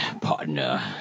partner